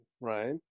right